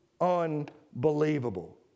unbelievable